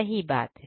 सही बात है